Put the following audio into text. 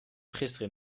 gisteren